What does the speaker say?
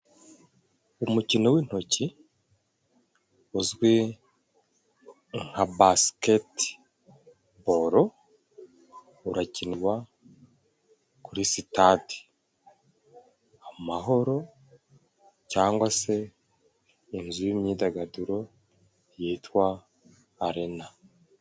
Umukino w'intoki uzwi nka bakete bolo, urakinwa kuri sitade amahoro, cyangwa se inzu y'imyidagaduro yitwa arena.